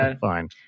fine